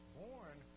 born